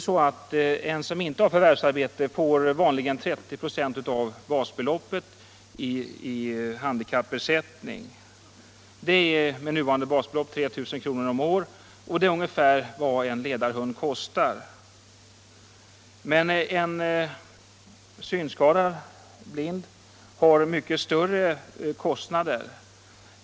Den som inte har förvärvsarbete får vanligen 30 ?6 av basbeloppet i handikappersättning. Det är med nuvarande basbelopp 3 000 kr om året, och det är ungefär vad en ledarhund kostar. Men en synskadad, blind, har också andra kostnader.